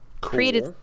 Created